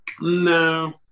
No